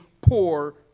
poor